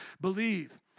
believe